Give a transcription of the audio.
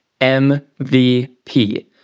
MVP